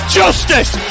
justice